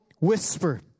whisper